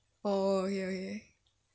oh okay okay